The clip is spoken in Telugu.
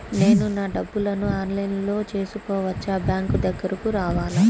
నేను నా డబ్బులను ఆన్లైన్లో చేసుకోవచ్చా? బ్యాంక్ దగ్గరకు రావాలా?